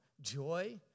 Joy